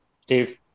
Steve